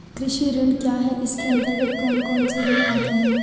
कृषि ऋण क्या है इसके अन्तर्गत कौन कौनसे ऋण आते हैं?